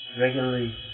regularly